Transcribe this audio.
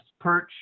perch